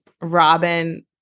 Robin